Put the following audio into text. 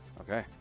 Okay